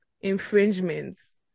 infringements